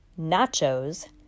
nachos